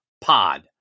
pod